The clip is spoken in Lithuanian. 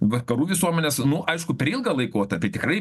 vakarų visuomenės nu aišku per ilgą laikotarpį tai tikrai